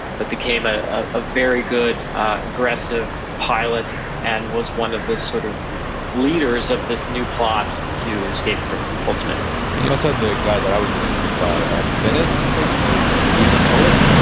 but became a ah ah very good aggressive pilot and was one of the sort of leaders of this new plot to escape from holzminden and you also had the guy that i was really intrigued by, ah bennet i think, he was the poet?